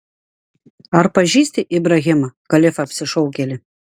ar pažįsti ibrahimą kalifą apsišaukėlį